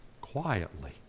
quietly